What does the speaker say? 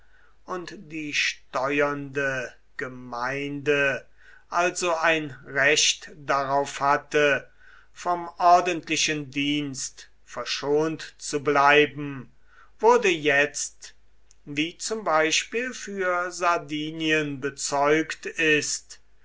und die steuernde gemeinde also ein recht darauf hatte vom ordentlichen dienst verschont zu bleiben wurde jetzt wie zum beispiel für sardinien bezeugt ist